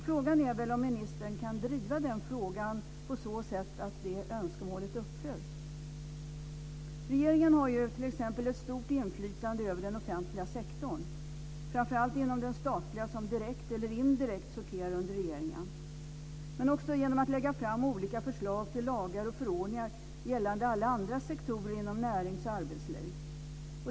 Frågan är väl om ministern kan driva den frågan på så sätt att önskemålet uppfylls. Regeringen har t.ex. ett stort inflytande över den offentliga sektorn, framför allt den statliga, som direkt eller indirekt sorterar under regeringen, men också genom att regeringen lägger fram förslag till lagar och förordningar gällande alla andra sektorer inom närings och arbetsliv.